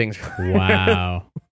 Wow